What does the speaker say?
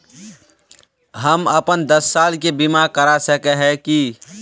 हम अपन दस साल के बीमा करा सके है की?